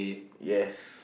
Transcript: yes